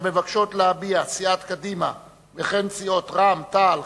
מבקשות להביע סיעת קדימה וכן סיעות רע"ם-תע"ל,